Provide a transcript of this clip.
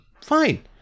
Fine